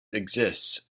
exists